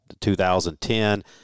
2010